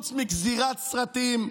חוץ מגזירת סרטים,